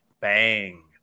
BANG